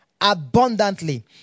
abundantly